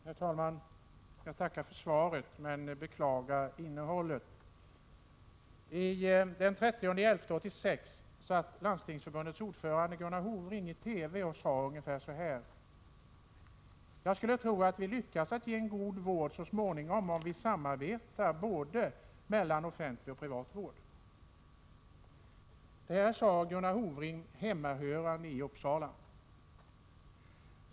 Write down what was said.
Herr talman! Jag tackar för svaret men beklagar innehållet. Den 30 november i år sade Landstingsförbundets ordförande Gunnar Hofring i TV ungefär så här: Jag skulle tro att vi lyckas ge en god vård så småningom, om vi samarbetar både mellan offentlig och privat vård. Detta sade Gunnar Hofring, hemmahörande i Uppsala.